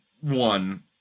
one